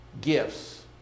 gifts